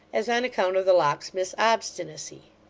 as on account of the locksmith's obstinacy.